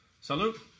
Salute